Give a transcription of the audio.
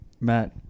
Matt